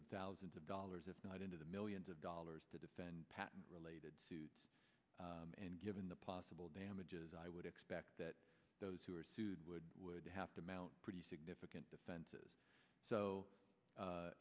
of thousands of dollars if not into the millions of dollars to defend patent related to and given the possible damages i would expect that those who are sued would would have to mount pretty significant defenses so